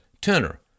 Turner